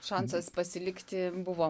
šansas pasilikti buvo